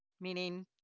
meaning